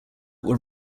were